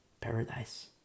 Paradise